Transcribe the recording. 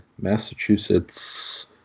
Massachusetts